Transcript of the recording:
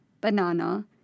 banana